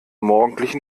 morgendlichen